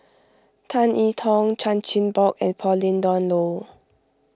Tan E Tong Chan Chin Bock and Pauline Dawn Loh